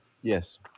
Yes